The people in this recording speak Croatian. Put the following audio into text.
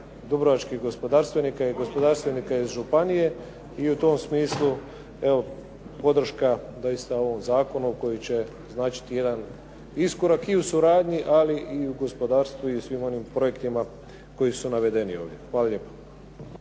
dubrovačkih gospodarstvenika i gospodarstvenika iz županije. I u tom smislu evo podrška doista ovom zakonu koji će značiti jedan iskorak i u suradnji ali i u gospodarstvu i u svim onim projektima koji su navedeni ovdje. Hvala lijepo.